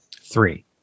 Three